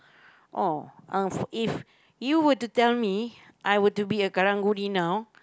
orh uh if you were to tell me I were to be a karang-guni now